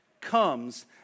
comes